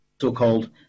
so-called